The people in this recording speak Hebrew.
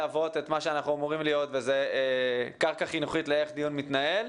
שאנחנו אמורים להיות וזה קרקע חינוכית איך דיון מתנהל.